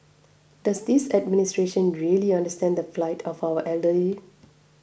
does this administration really understand the plight of our elderly